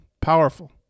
Powerful